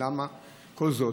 ולמה כל זאת?